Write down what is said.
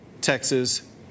Texas